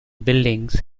buildings